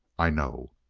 i know!